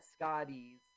Scotty's